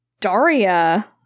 Daria